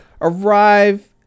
arrive